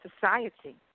society